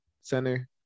center